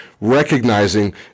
recognizing